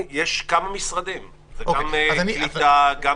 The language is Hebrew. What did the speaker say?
יש כמה משרדים כאלה וגם